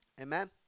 amen